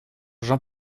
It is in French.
jean